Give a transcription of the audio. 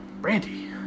brandy